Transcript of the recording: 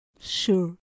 Sure